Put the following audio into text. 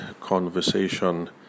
conversation